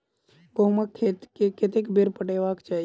गहुंमक खेत केँ कतेक बेर पटेबाक चाहि?